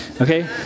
Okay